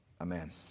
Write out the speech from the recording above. Amen